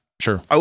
sure